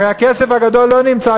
הרי הכסף הגדול לא נמצא,